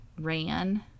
ran